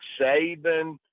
Saban